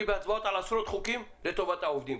בהצבעות על עשרות חוקים לטובת העובדים.